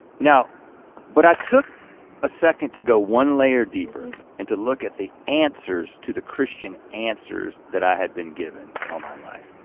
but i took a second to go one layer deeper and to look at the answers to the christian answers that i had been given all my life.